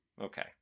Okay